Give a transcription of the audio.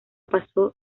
pasó